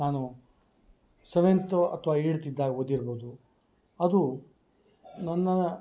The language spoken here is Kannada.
ನಾನು ಸೆವೆಂತು ಅಥ್ವಾ ಏಟ್ತಿದ್ದಾಗ ಓದಿರ್ಬೋದು ಅದು ನನ್ನ